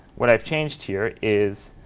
what i've changed here is